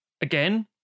again